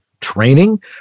Training